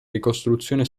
ricostruzione